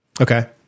Okay